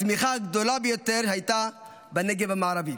הצמיחה הגדולה ביותר הייתה בנגב המערבי,